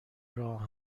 راه